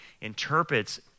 interprets